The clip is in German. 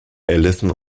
allison